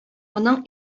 моның